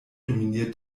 dominiert